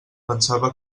pensava